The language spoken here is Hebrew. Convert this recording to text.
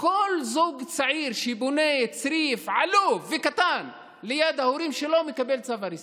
כל זוג צעיר שבונה צריף עלוב וקטן ליד ההורים שלו מקבל צו הריסה.